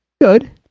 Good